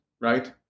right